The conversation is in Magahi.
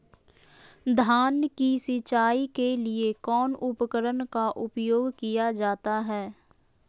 धान की सिंचाई के लिए कौन उपकरण का उपयोग किया जाता है?